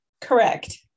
Correct